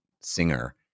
singer